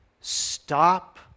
stop